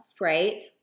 right